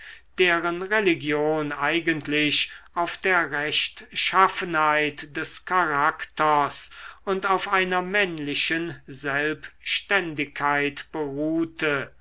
deren religion eigentlich auf der rechtschaffenheit des charakters und auf einer männlichen selbständigkeit beruhte